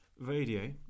radio